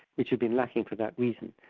which have been lacking for that reason.